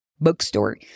bookstore